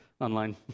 online